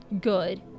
good